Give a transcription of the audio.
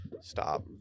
Stop